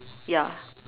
ya